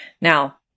Now